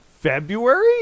February